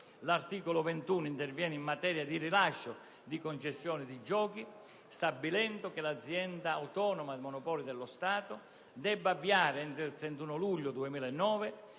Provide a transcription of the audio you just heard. L'articolo 21 interviene in tema di rilascio di concessioni di giochi, stabilendo che l'Amministrazione autonoma dei monopoli di Stato debba avviare entro il 31 luglio 2009